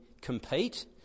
compete